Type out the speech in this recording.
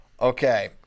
Okay